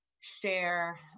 share